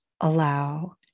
allow